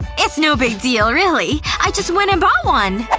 it's no big deal, really. i just went and bought one